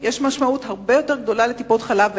יש משמעות הרבה יותר גדולה לטיפות-חלב,